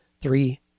three